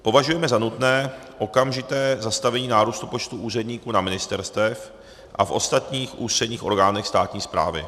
Považujeme za nutné okamžité zastavení nárůstu počtu úředníků na ministerstvech a ostatních ústředních orgánech státní správy.